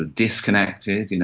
ah disconnected, you know